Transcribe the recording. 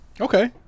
Okay